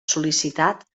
sol·licitat